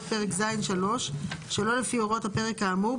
פרק ז'3 שלא לפי הוראות הפרק האמור,